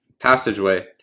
passageway